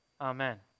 amen